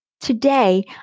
Today